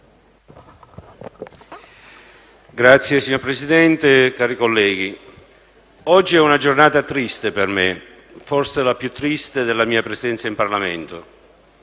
*(PD)*. Signor Presidente, cari colleghi, oggi è una giornata triste per me, forse la più triste della mia presenza in Parlamento.